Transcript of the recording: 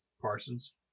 Parsons